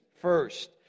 First